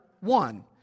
one